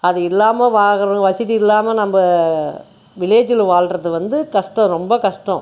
அது இல்லாமல் வாங்குறோம் வசதி இல்லாமல் நம்ம வில்லேஜில் வாழ்கிறது வந்து கஷ்டம் ரொம்ப கஷ்டம்